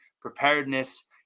preparedness